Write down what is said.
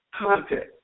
context